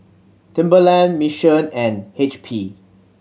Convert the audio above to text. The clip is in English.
Timberland Mission and H P